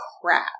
crap